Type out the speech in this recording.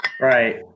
Right